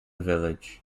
village